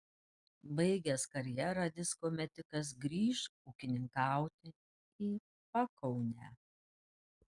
baigęs karjerą disko metikas grįš ūkininkauti į pakaunę